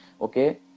Okay